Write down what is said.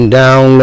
down